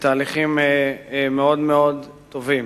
בתהליכים מאוד טובים.